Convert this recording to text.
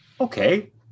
okay